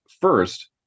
first